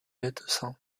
médecin